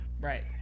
right